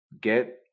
Get